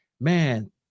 man